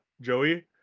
Joey